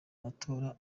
matora